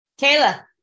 Kayla